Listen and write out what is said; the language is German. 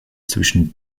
zwischen